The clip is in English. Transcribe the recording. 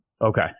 Okay